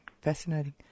Fascinating